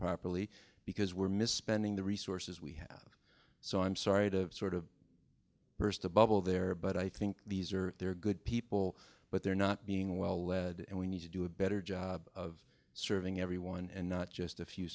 properly because we're misspending the resources we have so i'm sorry to sort of a bubble there but i think these are they're good people but they're not being well led and we need to do a better job of serving everyone and not just a few